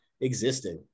existing